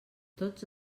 tots